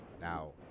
Now